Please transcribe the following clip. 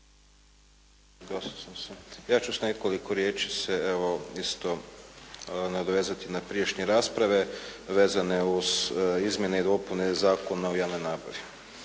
Ja ću s nekoliko riječi se evo isto nadovezati na prijašnje rasprave vezane uz izmjene i dopune Zakona o javnoj nabavi.